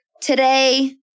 today